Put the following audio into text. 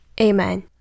Amen